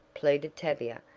pleaded tavia,